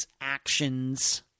actions